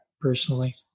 personally